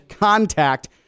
contact